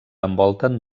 envolten